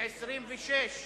פירוק וכינוס.